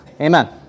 Amen